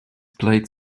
played